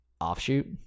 offshoot